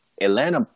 Atlanta